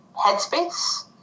Headspace